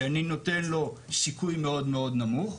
שאני נותן לו סיכוי מאוד מאוד נמוך,